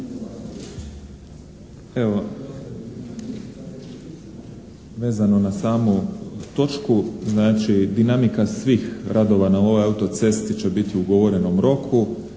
Evo, vezano na samu točku znači dinamika svih radova na ovoj auto-cesti će biti u ugovorenom roku.